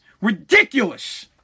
Ridiculous